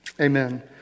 Amen